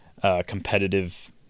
competitive